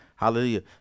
Hallelujah